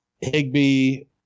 Higby